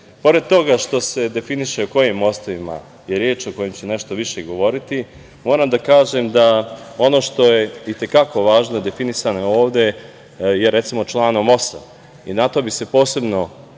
Pored toga što se definiše kojim mostovima je reč, a o kojima ću nešto više govoriti, moram da kažem da ono što je i te kako važno, definisano je ovde, u članu 8. i na to bih se posebno